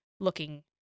looking